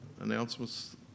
announcements